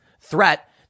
threat